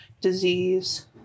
disease